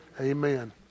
Amen